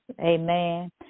Amen